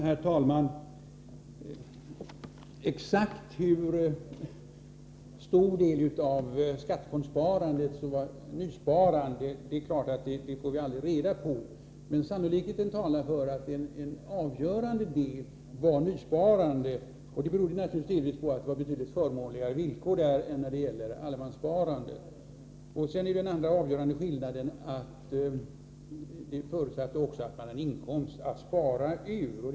Herr talman! Exakt hur stor del av skattefondssparandet som var nysparande får vi aldrig reda på, men sannolikheten talar för att en avgörande del var nysparande. Det berodde naturligtvis delvis på att villkoren var betydligt förmånligare än för allemanssparandet. En annan avgörande skillnad är att skattefondssparandet förutsatte att man hade en inkomst att spara ur.